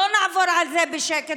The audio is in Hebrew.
לא נעבור על זה בשקט,